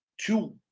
two